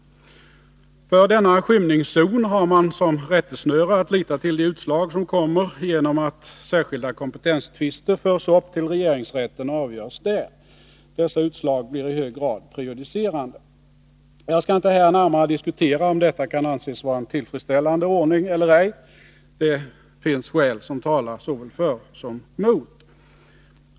För denna skymningszon har man som rättesnöre att lita till de utslag som kommer genom att särskilda kompetenstvister förs upp till regeringsrätten och avgörs där. Dessa utslag blir i hög grad prejudicerande. Jag skall inte här närmare diskutera om detta kan anses vara en tillfredsställande ordning eller ej. Det finns skäl som talar såväl för som mot.